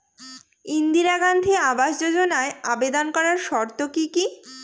ইন্দিরা গান্ধী আবাস যোজনায় আবেদন করার শর্ত কি কি?